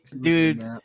dude